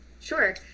sure